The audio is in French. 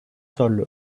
sol